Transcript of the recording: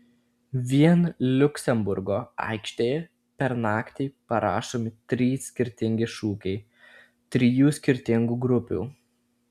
vien liuksemburgo aikštėje per naktį parašomi trys skirtingi šūkiai trijų skirtingų grupių